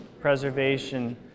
preservation